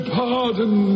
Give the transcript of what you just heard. pardon